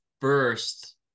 first